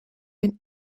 and